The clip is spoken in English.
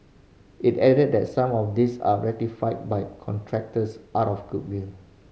it added that some of these are rectified by contractors out of goodwill